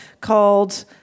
called